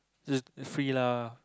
the free lah